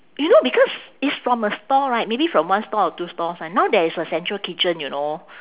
you know because it's from a stall right maybe from one stall or two stalls ah now there is a central kitchen you know